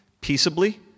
peaceably